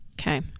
Okay